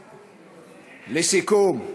לסיכום,